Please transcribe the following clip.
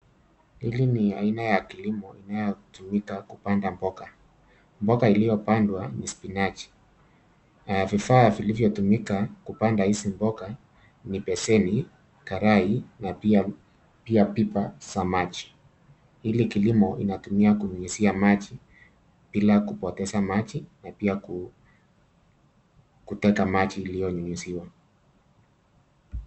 Hili ni aina ya kilimo inayotumika kupanda mboga, mboga iliyopandwa ni spinachi. Vifaa vilivyotumika kupanda hizi mboga ni beseni, karai na pia pipa za maji. Hili kilimo inatumia kunyunyuzia maji bila kupoteza maji na pia kutega maji iliyonyunyuziwa.